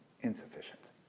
insufficient